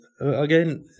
Again